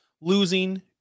losing